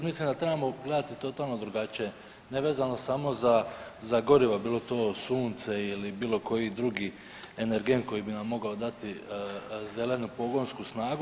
Mislim da trebamo gledati totalno drugačije nevezano samo za gorivo bilo to sunce ili bilo koji drugi energent koji bi nam mogao dati zelenu pogonsku snagu.